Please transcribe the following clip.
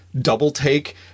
double-take